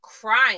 crying